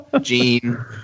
Gene